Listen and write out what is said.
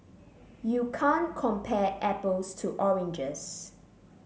you can't compare apples to oranges